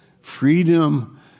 Freedom